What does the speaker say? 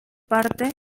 parte